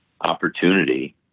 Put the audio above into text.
opportunity